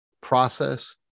process